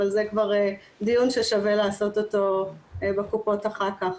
אבל זה כבר דיון ששווה לעשות אותו בקופות אחר כך.